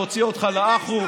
נוציא אותך לאחו,